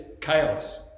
chaos